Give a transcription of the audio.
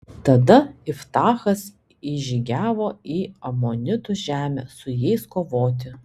tada iftachas įžygiavo į amonitų žemę su jais kovoti